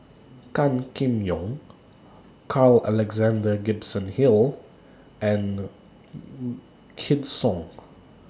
Gan Kim Yong Carl Alexander Gibson Hill and Wykidd Song